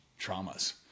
traumas